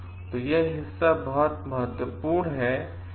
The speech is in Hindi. तो यह हिस्सा बहुत महत्वपूर्ण है